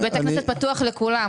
בית הכנסת פתוח לכולם,